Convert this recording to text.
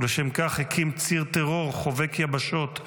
ולשם כך הקים ציר טרור חובק יבשות,